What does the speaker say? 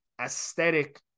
aesthetic